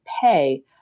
pay